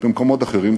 במקומות אחרים,